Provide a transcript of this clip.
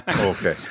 Okay